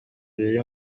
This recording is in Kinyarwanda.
biri